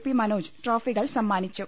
P Manoj ട്രോഫികൾ സമ്മാനിച്ചു